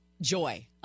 joy